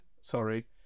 sorry